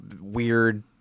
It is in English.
weird